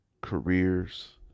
careers